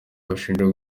bashinja